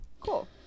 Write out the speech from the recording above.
Cool